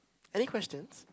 any questions